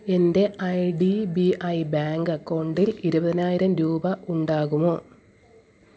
എൻ്റെ I D B I bank അക്കൗണ്ടിൽ ഇരുപതിനായിരം രൂപ ഉണ്ടാകുമോ